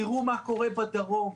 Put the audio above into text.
תראו מה קורה בדרום,